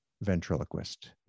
ventriloquist